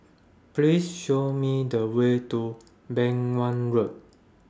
Please Show Me The Way to Beng Wan Road